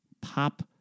pop